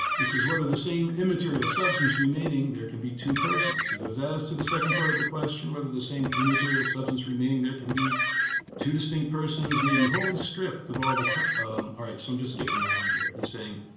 he says whether the same immaterial substance remaining, there can be two persons, he goes as to the second part of the question, whether the same immaterial substance remaining there can be two distinct persons, maybe wholly stripped of all the but alright, so i'm just skipping around here, he's saying